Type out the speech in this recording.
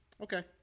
Okay